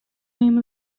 name